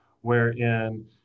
wherein